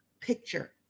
picture